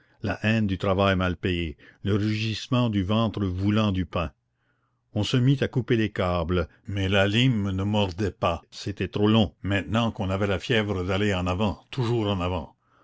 la haine du travail mal payé le rugissement du ventre voulant du pain on se mit à couper les câbles mais la lime ne mordait pas c'était trop long maintenant qu'on avait la fièvre d'aller en avant toujours en avant